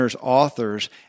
authors